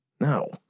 No